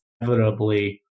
inevitably